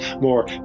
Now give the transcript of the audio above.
more